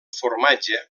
formatge